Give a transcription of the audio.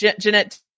Jeanette